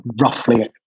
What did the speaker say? roughly